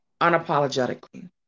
unapologetically